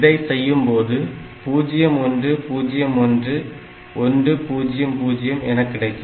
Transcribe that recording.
இதை செய்யும்போது 0101100 என கிடைக்கும்